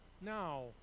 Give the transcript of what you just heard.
now